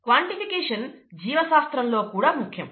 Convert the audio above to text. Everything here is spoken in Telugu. క్వాన్టిఫికేషన్ జీవ శాస్త్రంలో కూడా ముఖ్యం